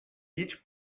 each